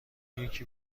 یکی